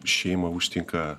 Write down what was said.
šeima užtinka